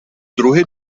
druhy